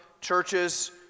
churches